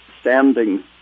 standing